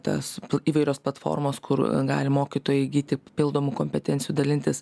tas įvairios platformos kur gali mokytojai įgyti papildomų kompetencijų dalintis